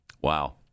Wow